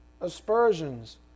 aspersions